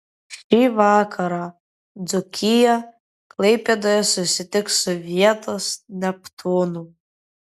šį vakarą dzūkija klaipėdoje susitiks su vietos neptūnu